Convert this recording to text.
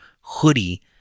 hoodie